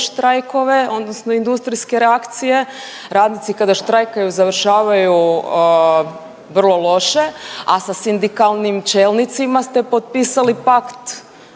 štrajkove, odnosno industrijske reakcije, radnici kada štrajkaju, završavaju vrlo loše, a sa sindikalnim čelnicima ste potpisali pakt